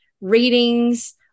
readings